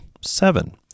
Seven